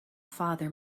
father